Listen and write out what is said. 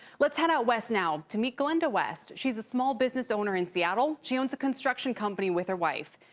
let's head out west now to meet glenda west she's a small business owner in seattle. she owns a construction company with her wife.